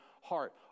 heart